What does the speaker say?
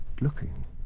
looking